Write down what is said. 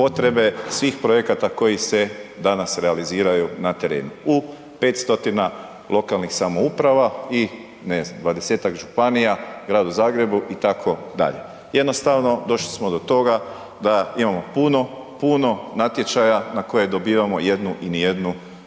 potrebe svih projekata koji se danas realiziraju na terenu u 500 lokalnih samouprava i 20-ak županija, gradu Zagrebu itd. Jednostavno došli smo do toga da imamo puno natječaja na koje dobivamo jednu i nijednu